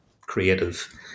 creative